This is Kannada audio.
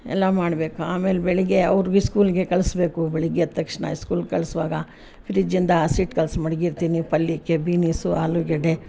ಎಲ್ಲ ಮಾಡಬೇಕು ಆಮೇಲೆ ಬೆಳಿಗ್ಗೆ ಅವ್ರಿಗೆ ಸ್ಕೂಲಿಗೆ ಕಳಿಸಬೇಕು ಬೆಳಿಗ್ಗೆ ಎದ್ದ ತಕ್ಷಣ ಸ್ಕೂಲಿಗೆ ಕಳಿಸುವಾಗ ಫ್ರಿಡ್ಜಿಂದ ಹಸಿ ಹಿಟ್ಟು ಕಲ್ಸಿ ಮಡಗಿರ್ತೀನಿ ಪಲ್ಯಕ್ಕೆ ಬಿನಿಸ್ಸು ಆಲೂಗಡ್ಡೆ